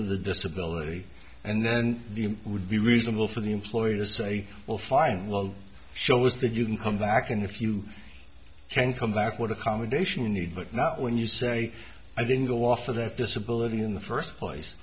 of the disability and then would be reasonable for the employee to say well fine well show was that you can come back and if you can come back what accommodation you need but not when you say i didn't go offer that disability in the first place